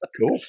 Cool